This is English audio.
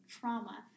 trauma